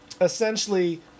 essentially